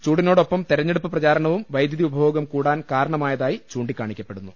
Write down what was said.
ചൂടിനോടൊപ്പം തെരഞ്ഞെടുപ്പ് പ്രചാരണവും വൈദ്യുതി ഉപഭോഗം കൂടാൻ കാരണമായതായി ചൂണ്ടിക്കാണിക്കപ്പെടുന്നു